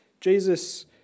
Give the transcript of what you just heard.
Jesus